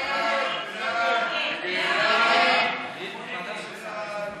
ההסתייגות (258) של חבר הכנסת יעקב פרי לסעיף